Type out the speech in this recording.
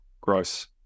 gross